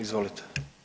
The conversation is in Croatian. Izvolite.